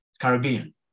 Caribbean